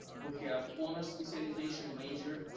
we have honors specialization major.